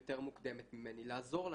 יותר מוקדמת ממני, לעזור להם.